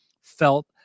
felt